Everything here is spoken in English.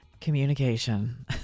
communication